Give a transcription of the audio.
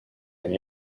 and